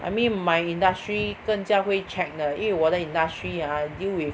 I mean my industry 更加会 check 的因为我的 industry ah deal with